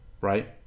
right